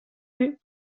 write